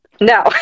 no